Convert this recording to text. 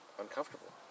uncomfortable